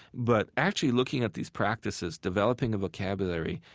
but actually looking at these practices, developing a vocabulary,